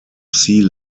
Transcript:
sea